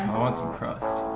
i want some crust.